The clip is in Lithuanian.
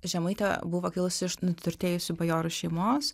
žemaitė buvo kilusi iš nuturtėjusių bajorų šeimos